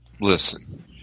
Listen